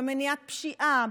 במניעת פשיעה,